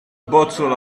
bottle